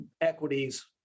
equities